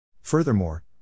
Furthermore